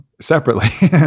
separately